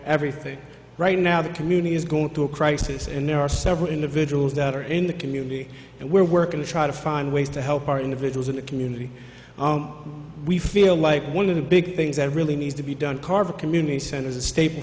everything right now the community is going through a crisis and there are several individuals that are in the community and we're working to try to find ways to help our individuals in the community we feel like one of the big things that really needs to be done carver community center is a staple